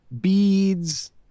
beads